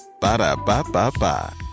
Ba-da-ba-ba-ba